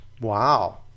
Wow